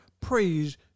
Praise